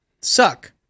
suck